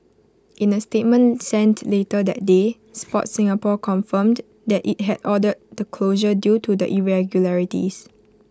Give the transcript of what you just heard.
in A statement sent later that day Sport Singapore confirmed that IT had ordered the closure due to the irregularities